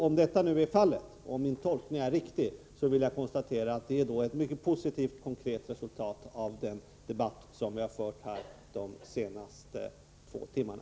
Om detta är fallet, och om min tolkning är riktig, vill jag konstatera att detta är ett mycket positivt konkret resultat av den debatt som vi har fört här de senaste två timmarna.